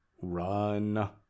Run